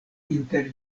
inter